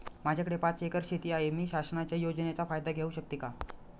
माझ्याकडे पाच एकर शेती आहे, मी शासनाच्या योजनेचा फायदा घेऊ शकते का?